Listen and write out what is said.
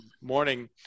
morning